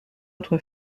autre